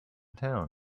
town